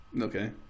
Okay